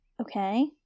okay